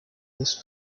this